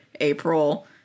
April